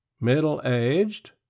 Middle-aged